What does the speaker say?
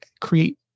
create